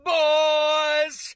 boys